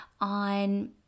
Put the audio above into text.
on